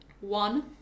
One